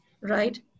right